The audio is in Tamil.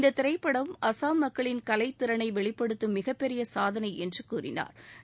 இந்த திரைப்படம் அசாம் மக்களின் கலைத் திறனை வெளிப்படுத்தும் மிகப்பெரிய சாதனை என்று கூறினா்